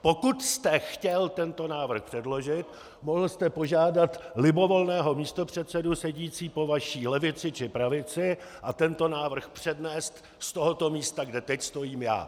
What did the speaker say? Pokud jste chtěl tento návrh předložit, mohl jste požádat libovolného místopředsedu sedícího po vaší levici či pravici a tento návrh přednést z tohoto místa, kde teď stojím já.